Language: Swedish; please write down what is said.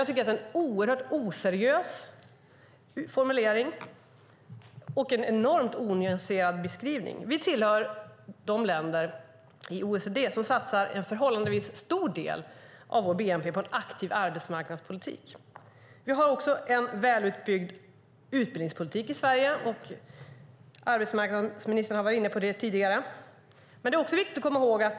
Jag tycker att det är en oseriös formulering och en enormt onyanserad beskrivning. Vi tillhör de länder i OECD som satsar en förhållandevis stor del av bnp på en aktiv arbetsmarknadspolitik. Vi har också en välutbyggd utbildningspolitik i Sverige. Arbetsmarknadsministern har varit inne på det tidigare.